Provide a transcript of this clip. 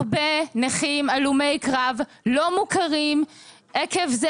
הרבה נכים הלומי קרב לא מוכרים עקב זה